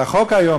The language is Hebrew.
והחוק היום,